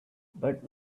but